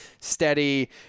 steady